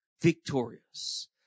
victorious